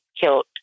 killed